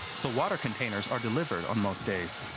so water containers are delivered on most days.